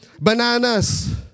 Bananas